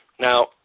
Now